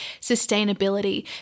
sustainability